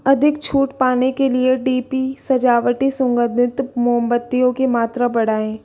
अधिक छूट पाने के लिए डी पी सजावटी सुगंधित मोमबत्तियों की मात्रा बढ़ाएँ